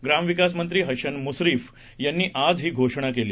ग्रामविकास मंत्री हसन मुश्रीफ यांनी आज ही घोषणा केली